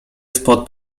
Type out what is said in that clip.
spod